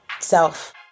Self